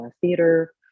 theater